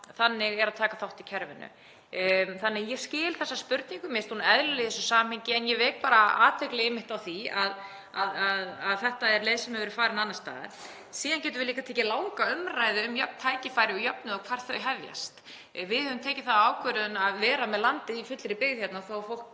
þannig eru að taka þátt í kerfinu. Ég skil þessa spurningu, mér finnst hún eðlileg í þessu samhengi en ég vek bara athygli einmitt á því að þetta er leið sem hefur verið farin annars staðar. Síðan getum við líka tekið langa umræðu um jöfn tækifæri, og jöfnuð, og hvar þau hefjast. Við höfum tekið þá ákvörðun að vera með landið í fullri byggð hérna